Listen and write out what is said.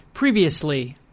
Previously